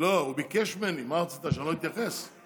אני מבקש מהמליאה להצביע בעד